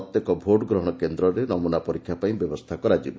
ପ୍ରତ୍ୟେକ ଭୋଟ୍ ଗ୍ରହଣ କେନ୍ଦ୍ରରେ ନମୁନା ପରୀକ୍ଷା ପାଇଁ ବ୍ୟବସ୍ଥା କରାଯିବ